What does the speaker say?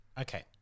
Okay